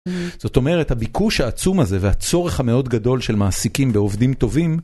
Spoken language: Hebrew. זאת אומרת הביקוש העצום הזה והצורך המאוד גדול של מעסיקים ועובדים טובים